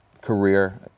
career